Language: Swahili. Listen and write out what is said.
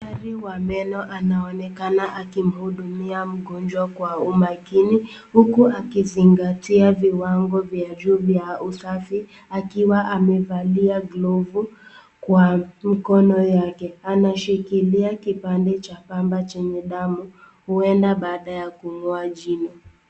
Daktari wa meno anaonekana akimhudumia mgonjwa Kwa umakini, huku akizingatia viwango vya juu vya usafi, akiwa amevalia glovu kwa mikono yake, anashikilia kipande cha pamba chenye damu huende baada ya kung'oa jino.